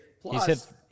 Plus